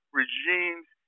regimes